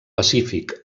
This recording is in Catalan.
pacífic